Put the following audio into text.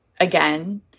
again